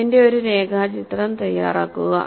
ഇതിന്റെ ഒരു രേഖാചിത്രം തയ്യാറാക്കുക